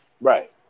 Right